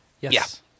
Yes